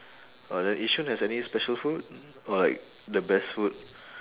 ah then yishun has any special food or like the best food